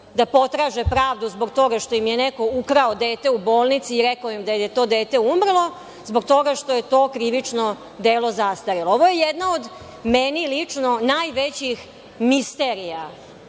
da potraže pravdu zbog toga što im je neko ukrao dete u bolnici i rekao im da je to dete umrlo, zbog toga što je to krivično delo zastarelo. Ovo je jedna od meni lično najvećih misterija